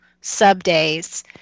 sub-days